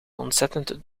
ontzettend